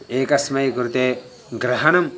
एकस्मै कृते ग्रहणं